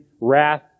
wrath